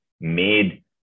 made